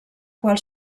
qual